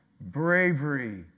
bravery